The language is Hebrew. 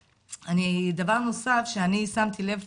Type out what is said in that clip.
דבר נוסף שאני שמתי לב,